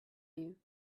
you